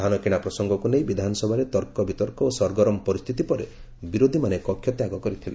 ଧାନକିଣା ପ୍ରସଙ୍ଗକୁ ନେଇ ବିଧାନସଭାରେ ତର୍କବିତର୍କ ଓ ସରଗରମ ପରିସ୍କ୍ରିତି ପରେ ବିରୋଧୀମାନେ କକ୍ଷତ୍ୟାଗ କରିଥିଲେ